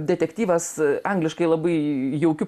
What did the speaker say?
detektyvas angliškai labai jaukiu